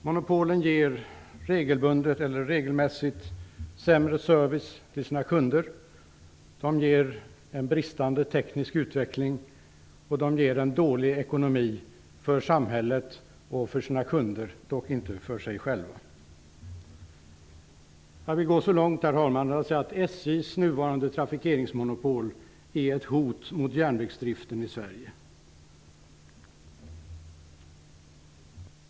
Monopolen ger regelmässigt sämre service till sina kunder, en bristande teknisk utveckling och en dålig ekonomi för samhället och för sina kunder, dock inte för sig själva. Jag vill gå så långt, herr talman, att jag säger att SJ:s nuvarande trafikeringsmonopol är ett hot mot järnvägsdriften i Sverige.